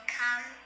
come